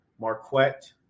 Marquette